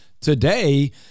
Today